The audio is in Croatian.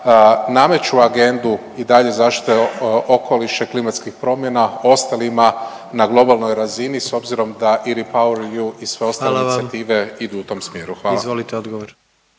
nameću agendu i dalje zaštite okoliša i klimatskih promjena ostalima na globalnoj razini s obzirom da i repaire reviewu i sve ostale inicijative … …/Upadica predsjednik: Hvala vam./… … idu u tom